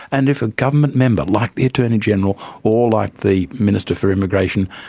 and if a government member, like the attorney general or like the minister for immigration,